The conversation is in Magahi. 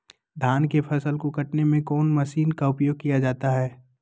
धान के फसल को कटने में कौन माशिन का उपयोग किया जाता है?